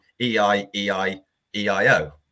E-I-E-I-E-I-O